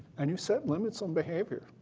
and you set limits on behavior.